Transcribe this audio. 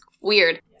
weird